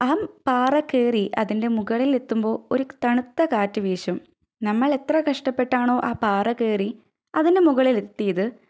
ആ പാറ കയറി അതിന്റെ മുകളിലെത്തുമ്പോൾ ഒരു തണുത്ത കാറ്റുവീശും നമ്മളെത്ര കഷ്ടപ്പെട്ടാണോ ആ പാറ കയറി അതിന്റെ മുകളിലെത്തിയത്